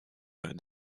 and